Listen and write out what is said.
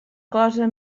cosa